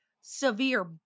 severe